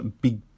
Big